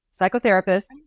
psychotherapist